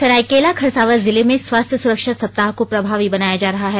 सरायकेला खरसावां जिले में स्वास्थ्य सुरक्षा सप्ताह को प्रभावी बनाया जा रहा है